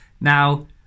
Now